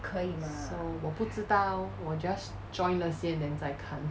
so 我不知道我 just join 了先 then 再看